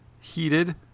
heated